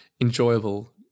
enjoyable